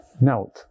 Note